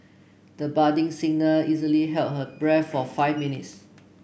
the budding singer easily held her breath for five minutes